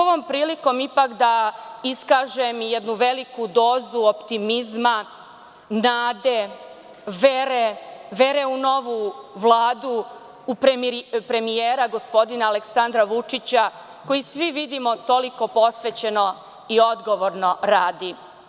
Ovom prilikom bih ipak da iskažem jednu veliku dozu optimizma, nade, vere, vere u novu Vladu, u premijera gospodina Aleksandra Vučića, koji, svi vidimo, toliko posvećeno i odgovorno radi.